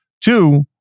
Two